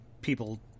people